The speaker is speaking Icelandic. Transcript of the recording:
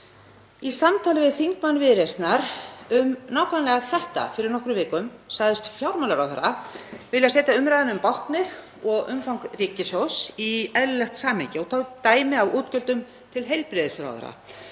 Í samtali við þingmann Viðreisnar um nákvæmlega þetta fyrir nokkrum vikum sagðist fjármálaráðherra vilja setja umræðuna um báknið og umfang ríkissjóðs í eðlilegt samhengi og tók dæmi af útgjöldum til heilbrigðisráðherra